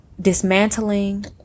dismantling